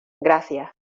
gracias